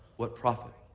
what profit,